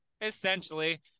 essentially